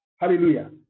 Hallelujah